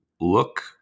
look